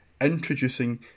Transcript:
introducing